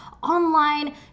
online